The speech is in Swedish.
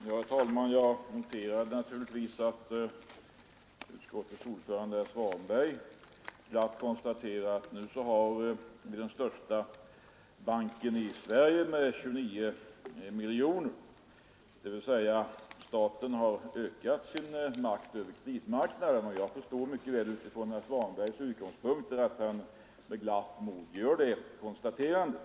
Herr talman! Jag noterar att utskottets ordförande herr Svanberg glatt konstaterade att nu har vi den största banken i Sverige med 29 miljoner; dvs. staten har ökat sin makt över kreditmarknaden. Jag förstår att herr Svanberg utifrån sina utgångspunkter är glad över att göra det konstaterandet.